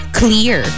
clear